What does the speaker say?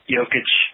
Jokic